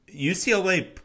UCLA